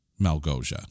Malgosia